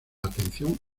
atención